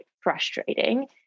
frustrating